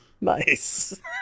Nice